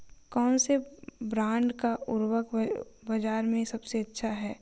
कौनसे ब्रांड का उर्वरक बाज़ार में सबसे अच्छा हैं?